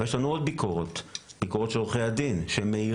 אבל יש לנו עוד ביקורת - ביקורת של עורכי הדין שמעירים.